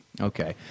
okay